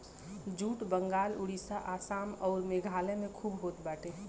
jute Bengal Orissa Assam अउर मेघालय में खूब होत बाटे